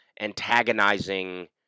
antagonizing